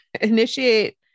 initiate